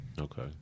Okay